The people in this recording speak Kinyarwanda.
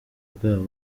bwabo